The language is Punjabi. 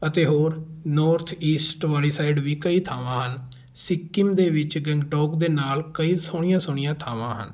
ਅਤੇ ਹੋਰ ਨੌਰਥਈਸਟ ਵਾਲੀ ਸਾਈਡ ਵੀ ਕਈ ਥਾਵਾਂ ਹਨ ਸਿੱਕਿਮ ਦੇ ਵਿੱਚ ਗੰਗਟੋਕ ਦੇ ਨਾਲ ਕਈ ਸੋਹਣੀਆਂ ਸੋਹਣੀਆਂ ਥਾਵਾਂ ਹਨ